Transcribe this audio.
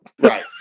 Right